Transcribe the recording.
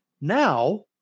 Now